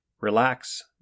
relax